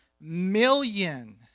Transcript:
million